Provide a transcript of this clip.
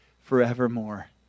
forevermore